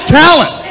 talent